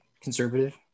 conservative